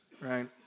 right